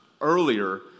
earlier